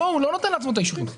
לא, הוא לא נותן לעצמו את האישורים.